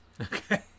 Okay